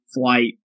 flight